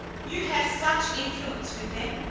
you have such influence with them,